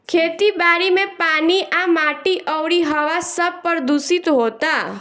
खेती बारी मे पानी आ माटी अउरी हवा सब प्रदूशीत होता